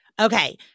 Okay